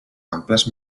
amples